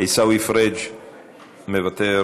עיסאווי פריג' מוותר,